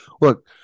Look